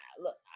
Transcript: look